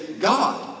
God